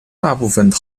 大部份